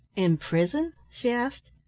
in prison? she asked.